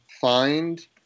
find